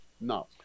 No